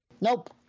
Nope